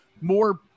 more